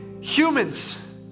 humans